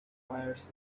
fires